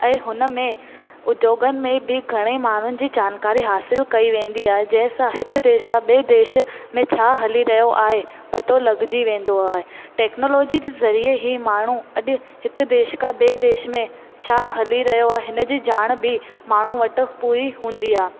ऐं हुन में उद्योगनि में भी घणेई माण्हुनि जी जानकारी हासिलु कई वेंदी आहे जंहिं सां हिकु देस सां ॿिए देश में में छा हली रहियो आहे पतो लॻिजी वेंदो आहे टेक्नोलोजी जे ज़रिये ई माण्हूं अॼु हिक देश खां ॿिए देश में छा हली रहियो आहे हिन जी जाण बि माण्हूं वटि पूरी हूंदी आहे